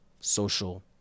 social